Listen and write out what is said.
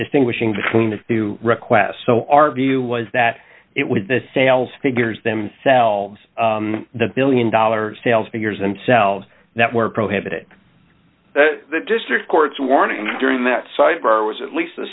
distinguishing between the two requests so our view was that it was the sales figures themselves the one billion dollar sales figures themselves that were prohibited the district court's warning during that sidebar was at least the